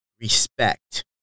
respect